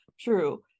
true